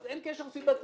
אז אין קשר סיבתי,